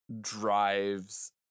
drives